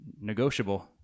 negotiable